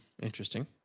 Interesting